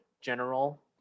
general